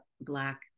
Black